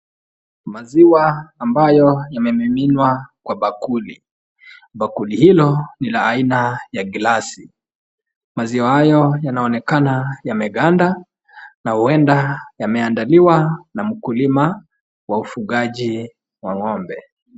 Maziwa ambayo yamemiminwa kwa bakuli, bakuli hilo ni la aina ya glasi, maziwa hayo yanaoneka yameganda na huenda yameeandaliwa na mkulima wa ufugaji wa ng'ombe.